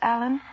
Alan